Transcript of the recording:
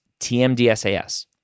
TMDSAS